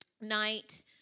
Night